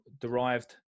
derived